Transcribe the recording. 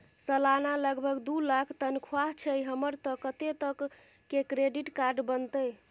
सलाना लगभग दू लाख तनख्वाह छै हमर त कत्ते तक के क्रेडिट कार्ड बनतै?